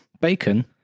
bacon